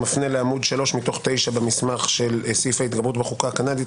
אני מפנה לעמוד 3 מתוך 9 במסמך של סעיף ההתגברות בחוקה הקנדית,